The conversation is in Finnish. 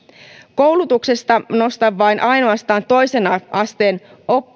koulutuksesta nostan ainoastaan toisen asteen